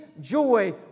joy